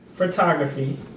Photography